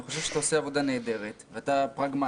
אני חושב שאתה עושה עבודה נהדרת, ואתה פרגמטי.